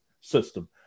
system